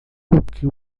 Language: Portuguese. que